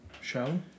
Show